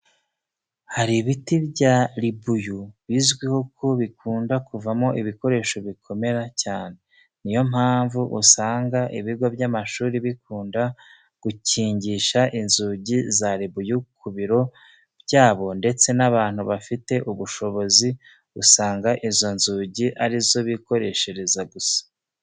Hari ibiti bya ribuyu bizwiho ko bikunda kuvamo ibikoresho bikomera cyane. Ni yo mpamvu uzasanga ibigo by'amashuri bikunda gukingisha inzugi za ribuyu ku biro byabo ndetse n'abantu bafite ubushobozi usanga izo nzugi ari zo bikoreshereza gusa.